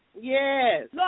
Yes